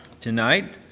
tonight